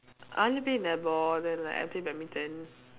I only play netball then like I play badminton